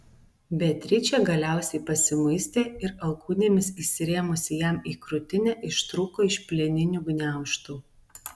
beatričė galiausiai pasimuistė ir alkūnėmis įsirėmusi jam į krūtinę ištrūko iš plieninių gniaužtų